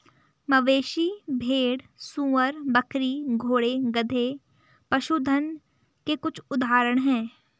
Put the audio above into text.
मवेशी, भेड़, सूअर, बकरी, घोड़े, गधे, पशुधन के कुछ उदाहरण हैं